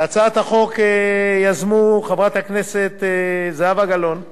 את הצעת החוק יזמו חברת הכנסת זהבה גלאון ואנוכי,